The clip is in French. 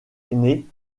aînée